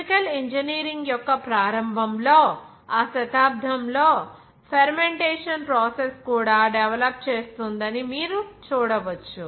chemical engineering యొక్క ప్రారంభంలో ఆ శతాబ్దంలో ఫెర్మెంటేషన్ ప్రాసెస్ కూడా డెవలప్మెంట్ చేస్తోందని మీరు చూడవచ్చు